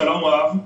שלום רב.